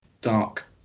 dark